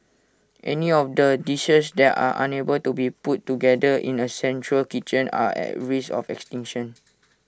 any of the dishes that are unable to be put together in A central kitchen are at risk of extinction